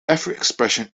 expression